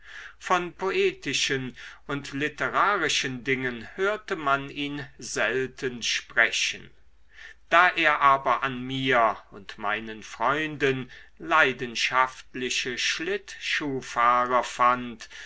von poetischen und literarischen dingen hörte man ihn selten sprechen da er aber an mir und meinen freunden leidenschaftliche schlittschuhfahrer fand